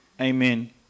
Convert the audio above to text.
amen